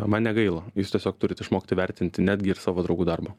man negaila jūs tiesiog turit išmokti vertinti netgi ir savų draugų darbą